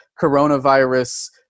coronavirus